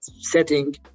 setting